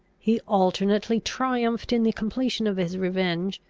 he alternately triumphed in the completion of his revenge,